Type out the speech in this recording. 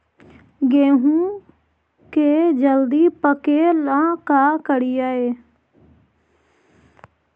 गेहूं के जल्दी पके ल का करियै?